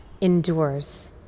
endures